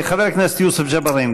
חבר הכנסת יוסף ג'בארין,